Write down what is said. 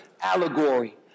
allegory